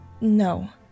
No